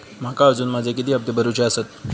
माका अजून माझे किती हप्ते भरूचे आसत?